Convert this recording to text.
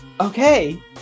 Okay